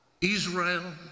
Israel